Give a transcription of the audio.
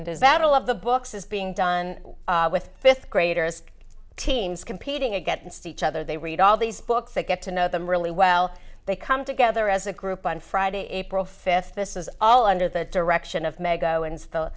in does that all of the books is being done with fifth graders teams competing against each other they read all these books they get to know them really well they come together as a group on friday april fifth this is all under the direction of mego and